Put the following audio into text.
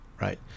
right